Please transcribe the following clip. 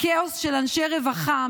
כאוס של אנשי רווחה,